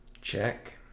Check